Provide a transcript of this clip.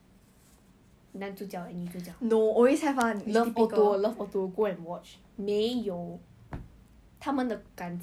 actually ya it make the 叶非墨他皮肤很白太白 liao